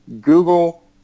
google